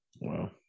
Wow